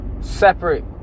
separate